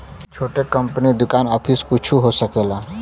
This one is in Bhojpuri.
छोट कंपनी दुकान आफिस कुच्छो हो सकेला